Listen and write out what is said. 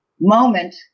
moment